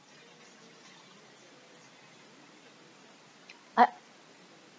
I